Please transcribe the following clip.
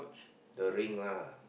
the ring lah